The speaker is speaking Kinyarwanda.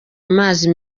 amazi